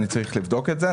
אני צריך לבדוק את זה.